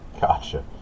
Gotcha